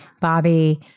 Bobby